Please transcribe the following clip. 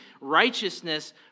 righteousness